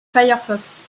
firefox